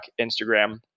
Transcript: Instagram